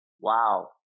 Wow